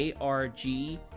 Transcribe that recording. ARG